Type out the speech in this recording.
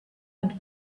and